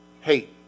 Hate